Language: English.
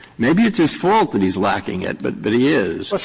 maybe it's his fault that he is lacking it but but he is.